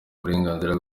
burenganzira